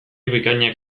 bikainak